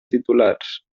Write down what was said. titulars